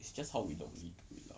it's just how we normally do it lah